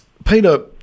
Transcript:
Peter